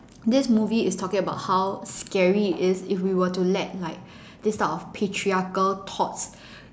this movie is talking about how scary it is if we were to let like these type of patriarchal thoughts